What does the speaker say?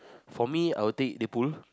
for me I would take Deadpool